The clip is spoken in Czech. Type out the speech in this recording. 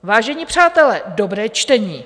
Vážení přátelé, dobré čtení.